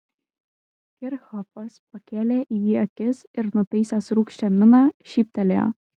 kirchhofas pakėlė į jį akis ir nutaisęs rūgščią miną šyptelėjo